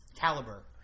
caliber